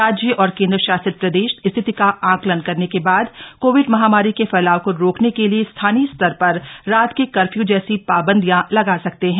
राज्य और केन्द्रशासित प्रदेश स्थिति का आकलन करने के बाद कोविड महामारी के फैलाव को रोकने के लिए स्थानीय स्तर पर रात के कर्फ्य् जैसी पाबंदियां लगा सकते हैं